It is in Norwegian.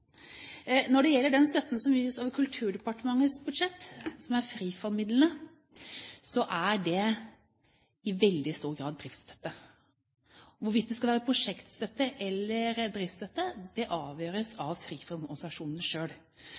Når det gjelder den støtten som gis over Kulturdepartementets budsjett, som er Frifond-midlene, er det i veldig stor grad driftsstøtte. Hvorvidt det skal være prosjektstøtte eller driftsstøtte, avgjøres av